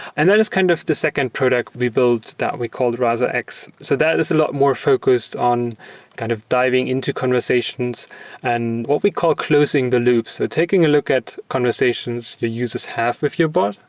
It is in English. and that is kind of the second product we built that we called rasax. so that is a lot more focused on kind of diving into conversations and what we call closing the loop. so taking a look at conversations, it uses half with your bot,